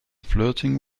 flirting